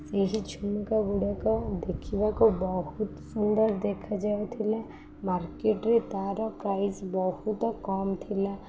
ସେହି ଛୁମୁକାଗୁଡ଼ାକ ଦେଖିବାକୁ ବହୁତ ସୁନ୍ଦର ଦେଖାଯାଉଥିଲା ମାର୍କେଟ୍ରେ ତା'ର ପ୍ରାଇସ୍ ବହୁତ କମ୍ ଥିଲା